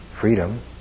freedom